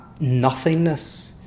nothingness